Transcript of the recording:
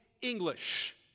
English